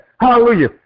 Hallelujah